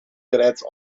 bereits